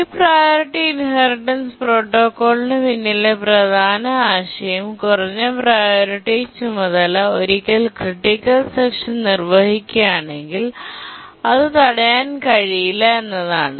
ഈ priority inheritance പ്രോട്ടോക്കോളിന് പിന്നിലെ പ്രധാന ആശയം കുറഞ്ഞ പ്രിയോറിറ്റി ചുമതല ഒരിക്കൽ ക്രിട്ടിക്കൽ സെക്ഷൻ നിർവ്വഹിക്കുകയാണെങ്കിൽ അത് തടയാൻ കഴിയില്ല എന്നതാണ്